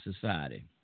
society